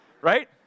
right